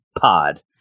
pod